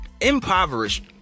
impoverished